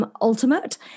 Ultimate